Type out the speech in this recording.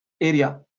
area